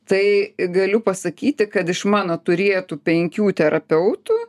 tai galiu pasakyti kad iš mano turėtų penkių terapeutų